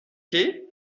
que